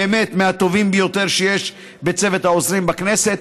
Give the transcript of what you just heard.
באמת מהטובים ביותר שיש בצוות העוזרים בכנסת.